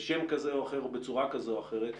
בשם כזה או אחר או בצורה כזו או אחרת,